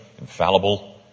infallible